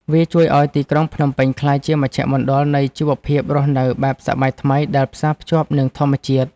វាជួយឱ្យទីក្រុងភ្នំពេញក្លាយជាមជ្ឈមណ្ឌលនៃជីវភាពរស់នៅបែបសម័យថ្មីដែលផ្សារភ្ជាប់នឹងធម្មជាតិ។